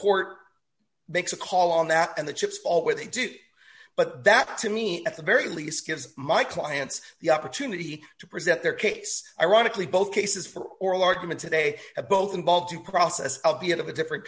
court makes a call on that and the chips fall where they do but that to me at the very least gives my clients the opportunity to present their case ironically both cases for oral argument today at both involve due process of the end of a different